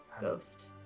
Ghost